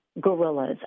gorillas